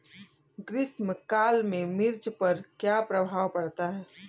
ग्रीष्म काल में मिर्च पर क्या प्रभाव पड़ता है?